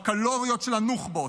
בקלוריות של הנוח'בות,